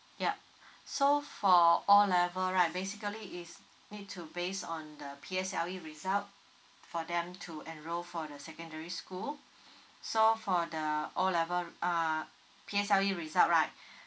yup so for O level right basically is need to based on the result for them to enrol for the secondary school so for the O level uh result right